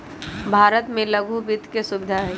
भारत में लघु वित्त के सुविधा हई